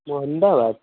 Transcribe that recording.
Ahmedabad